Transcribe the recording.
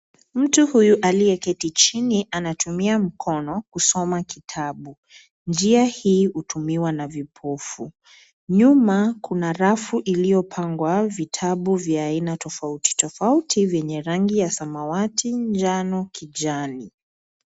Mtu huyu aliyeketi chini anatumia mkono kusoma kitabu. Njia hii hutumiwa na vipofu. Nyuma kuna rafu iliyopangwa vitabu vya aina tofauti vyenye rangi ya samawati, njano, kijani.